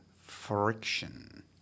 friction